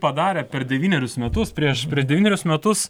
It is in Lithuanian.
padarė per devynerius metus prieš devynerius metus